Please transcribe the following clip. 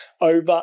over